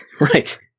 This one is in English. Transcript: right